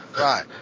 Right